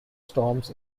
storms